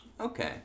okay